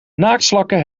naaktslakken